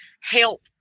help